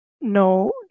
no